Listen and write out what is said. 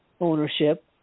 ownership